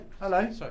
hello